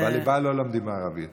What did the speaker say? (אומר בערבית: